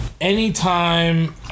anytime